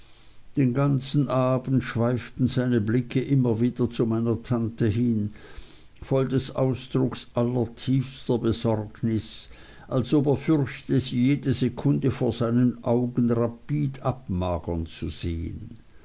den ganzen abend schweiften seine blicke immer wieder zu meiner tante hin voll des ausdrucks allertiefster besorgnis als ob er fürchte sie jede sekunde vor sei nen augen rapid abmagern zu sehen